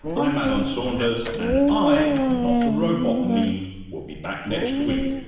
i'm alan saunders and i, not the robot me, will be back next week